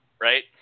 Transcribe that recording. right